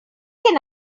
can